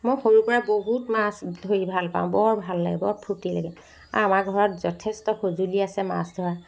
মই সৰুৰ পৰা বহুত মাছ ধৰি ভাল পাওঁ বৰ ভাল লাগে বৰ ফূৰ্তি লাগে আৰু আমাৰ ঘৰত যথেষ্ট সঁজুলি আছে মাছ ধৰা